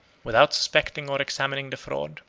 without suspecting or examining the fraud,